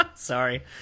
Sorry